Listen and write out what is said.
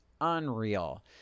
unreal